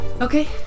Okay